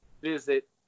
visit